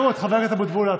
אנחנו נעבור להצבעה.